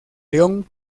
león